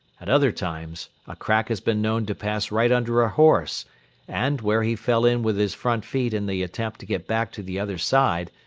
at other times a crack has been known to pass right under a horse and, where he fell in with his front feet in the attempt to get back to the other side,